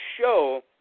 show